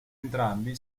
entrambi